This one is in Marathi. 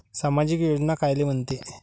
सामाजिक योजना कायले म्हंते?